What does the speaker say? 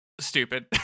stupid